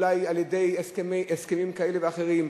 אולי על-ידי הסכמים כאלה ואחרים,